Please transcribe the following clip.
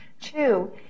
Two